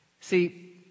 See